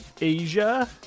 Asia